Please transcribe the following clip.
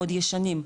ישנים,